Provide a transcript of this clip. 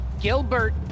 Gilbert